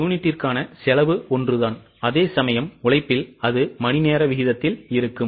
யூனிட்டிற்கான செலவு ஒன்றுதான் அதேசமயம் உழைப்பில் அது மணிநேர வீதத்தில் இருக்கும்